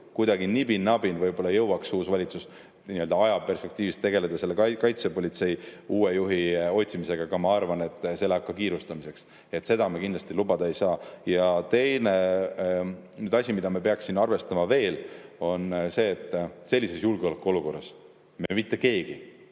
kuidagi nibin-nabin võib-olla jõuaks uus valitsus ajaperspektiivis tegeleda kaitsepolitsei uue juhi otsimisega. Aga ma arvan, et läheks kiirustamiseks, ja seda me kindlasti lubada ei saa. Ja teine asi, mida me peaksime arvestama, on see, et sellises julgeolekuolukorras mitte keegi